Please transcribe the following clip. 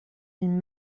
been